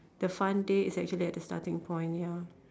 the fun day it's actually at the starting point ya